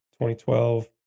2012